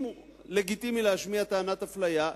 אם לגיטימי להשמיע טענת אפליה,